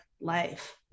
life